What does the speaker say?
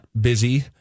busy